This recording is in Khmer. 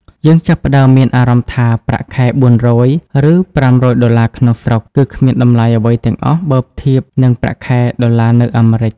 យើងចាប់ផ្តើមមានអារម្មណ៍ថា ប្រាក់ខែ ៤០០ ឬ ៥០០ ដុល្លារក្នុងស្រុក គឺគ្មានតម្លៃអ្វីទាំងអស់បើធៀបនឹងប្រាក់ដុល្លារនៅអាមេរិក។